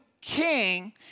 king